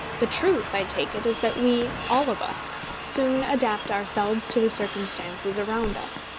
the truth, i take it, is that we, all of us, soon adapt ourselves to the circumstances around us.